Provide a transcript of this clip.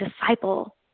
disciple